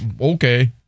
Okay